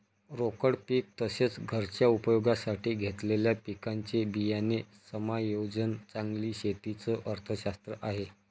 रोकड पीक तसेच, घरच्या उपयोगासाठी घेतलेल्या पिकांचे बियाणे समायोजन चांगली शेती च अर्थशास्त्र आहे